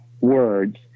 words